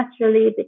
naturally